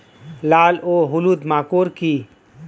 লাল ও হলুদ মাকর কী?